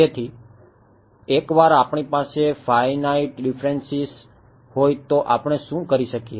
તેથી એકવાર આપણી પાસે ફાઇનાઇટ ડિફફરેસન્સીસ હોય તો આપણે શું કરી શકીએ